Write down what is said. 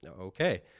okay